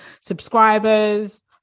subscribers